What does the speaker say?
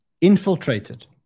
infiltrated